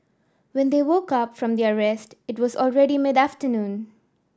when they woke up from their rest it was already mid afternoon